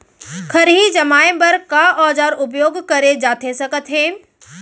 खरही जमाए बर का औजार उपयोग करे जाथे सकत हे?